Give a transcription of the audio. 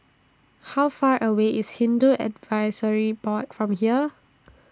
How Far away IS Hindu Advisory Board from here